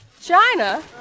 China